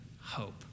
hope